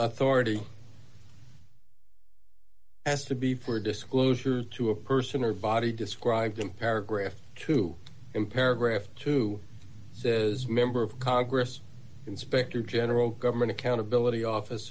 authority s to be fair disclosure to a person or body described in paragraph two in paragraph two says member of congress inspector general government accountability office